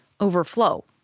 overflow